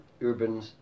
urban